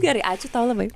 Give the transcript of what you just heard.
gerai ačiū tau labai